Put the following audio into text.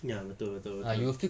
ya betul betul betul